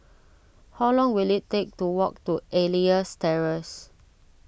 how long will it take to walk to Elias Terrace